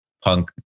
punk